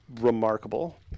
remarkable